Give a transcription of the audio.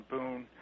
Boone